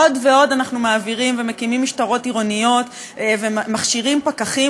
עוד ועוד אנחנו מעבירים ומקימים משטרות עירוניות ומכשירים פקחים